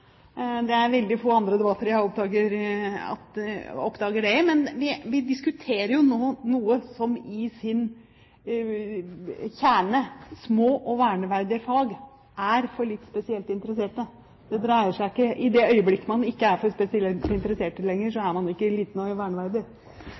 det er veldig få andre debatter jeg oppdager det i. Men vi diskuterer jo nå noe som i sin kjerne – små og verneverdige fag – er for litt spesielt interesserte. I det øyeblikket man ikke er for spesielt interesserte lenger, så